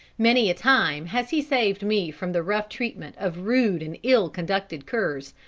many a time has he saved me from the rough treatment of rude and ill-conducted curs,